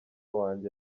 wanjye